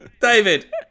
David